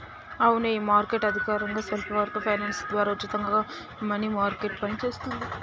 అవునే ఈ మార్కెట్ అధికారకంగా స్వల్పకాలిక ఫైనాన్స్ ద్వారా ఉచితంగా మనీ మార్కెట్ గా పనిచేస్తుంది